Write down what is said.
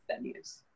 venues